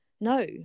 no